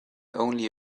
only